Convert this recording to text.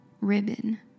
Ribbon